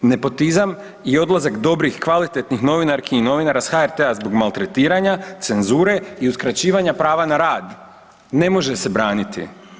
Nepotizam i odlazak dobrih i kvalitetnih novinarki i novinara s HRT-a zbog maltretiranja, cenzure i uskraćivanja prava na rad ne može se braniti.